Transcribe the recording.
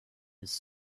his